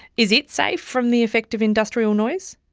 is it safe from the effective industrial noise?